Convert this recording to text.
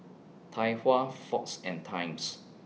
Tai Hua Fox and Times